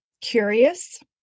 curious